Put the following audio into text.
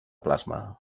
plasma